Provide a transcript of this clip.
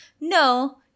No